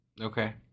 okay